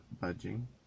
budging